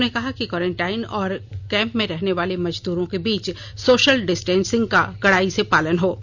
उन्होंने कहा कि क्वारेंटाइन और कैंप में रहने वाले मजदूरों के बीच सोशल डिस्टेंसिंग का कड़ाई से पालन हो